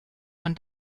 man